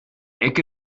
ecke